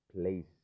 place